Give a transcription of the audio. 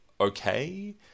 okay